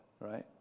right